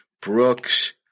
brooks